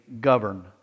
govern